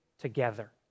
together